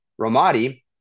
Ramadi